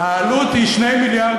העלות היא 2 מיליארד,